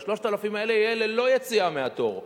ה-3,000 האלה יהיו ללא יציאה מהתור.